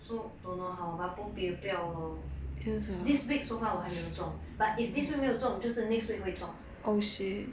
so don't know how but bo pian 我不要 lor this week so far 我还没有中 but if this week 没有中就是 next week 会中